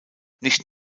nicht